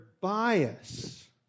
bias